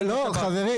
אני חושב שמה שקורה פה,